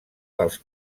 dels